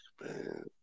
man